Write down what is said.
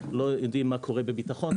לא יודעים מה קורה בביטחון,